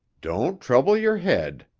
don't trouble your head,